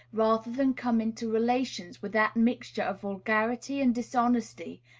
rather than come into relations with that mixture of vulgarity and dishonesty,